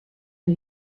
que